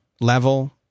level